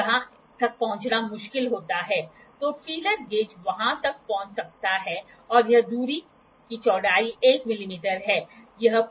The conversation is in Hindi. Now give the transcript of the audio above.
और फिर मेरे पास 15" होना चाहिए मैं जो कर सकता हूं वह यह है कि मैं इसे 18"माइनस 3" के रूप में उत्पन्न कर सकता हूं मैं इसे पूरा कर सकता हूं